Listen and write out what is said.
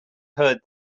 heard